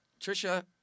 Trisha